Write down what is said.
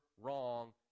wrong